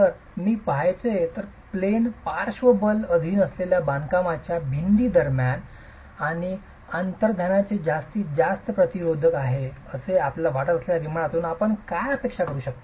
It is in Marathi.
तर मी पहायचे तर प्लेन पार्श्व बल अधीन असलेल्या बांधकामाच्या भिंती दरम्यान आणि अंतर्ज्ञानाने जास्तीत जास्त प्रतिरोधक आहे असे आपल्याला वाटत असलेल्या विमानातून आपण काय अपेक्षा करू शकता